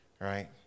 right